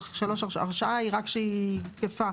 הרשאה היא רק כשהיא תקפה.